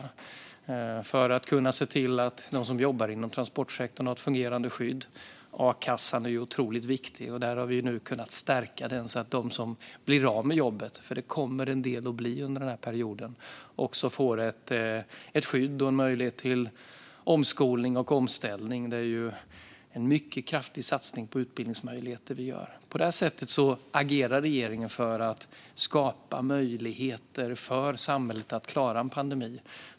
Det är för att kunna se till att de som jobbar inom transportsektorn har ett fungerande skydd. A-kassan är otroligt viktig. Där har vi nu kunnat stärka den så att de som blir av med jobbet - för det kommer en del att bli under den här perioden - får ett skydd och en möjlighet till omskolning och omställning. Det är en mycket kraftig satsning på utbildningsmöjligheter vi gör. På det sättet agerar regeringen för att skapa möjligheter för samhället att klara en pandemi.